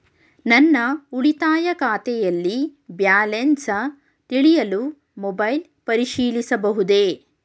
ನನ್ನ ಉಳಿತಾಯ ಖಾತೆಯಲ್ಲಿ ಬ್ಯಾಲೆನ್ಸ ತಿಳಿಯಲು ಮೊಬೈಲ್ ಪರಿಶೀಲಿಸಬಹುದೇ?